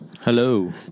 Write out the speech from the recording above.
Hello